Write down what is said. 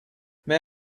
may